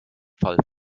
fall